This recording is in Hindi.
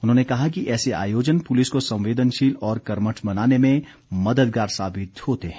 उन्होंने कहा कि ऐसे आयोजन पुलिस को संवेदनशील और कर्मठ बनाने में मद्दगार साबित होते हैं